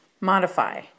Modify